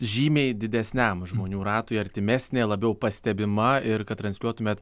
žymiai didesniam žmonių ratui artimesnė labiau pastebima ir kad transliuotumėt